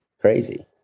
crazy